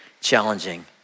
challenging